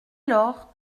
lors